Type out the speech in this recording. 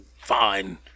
fine